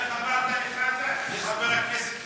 איך אמרת לחזן, לחבר הכנסת חזן?